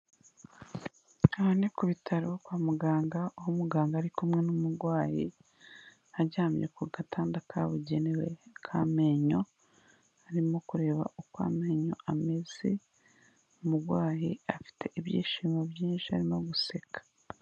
Aha ni ku bitaro kwa muganga aho muganga ari kumwe n'umurwayi aryamye ku gatanda kabugenewe k'amenyo, arimo kureba uko amenyo ameze, umurwayi afite ibyishimo byinshi arimo guseka.